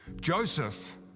Joseph